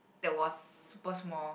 that was super small